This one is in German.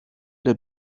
der